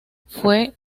fue